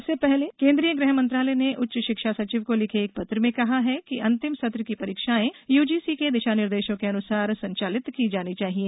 इससे पहले केंद्रीय गृह मंत्रालय ने उच्च शिक्षा सचिव को लिखे एक पत्र में कहा है कि अंतिम सत्र की परीक्षाएं यूजीसी के दिशा निर्देशों के अनुसार संचालित की जानी चाहिए